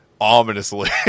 ominously